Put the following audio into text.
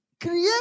Create